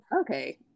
okay